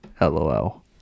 lol